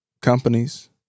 companies